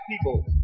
people